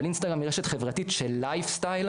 אבל אינסטגרם היא רשת חברתית של "לייף סטייל"